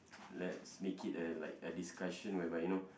let's make it a like a discussion whereby you know